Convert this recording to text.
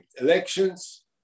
elections